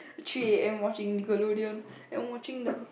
three A_M watching NIckelodeon and watching the